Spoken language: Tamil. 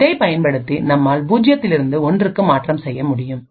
இதைப் பயன்படுத்தி நம்மால் பூஜ்ஜியத்திலிருந்து ஒன்றுக்கும் மாற்றம் செய்ய முடியும்